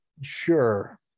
Sure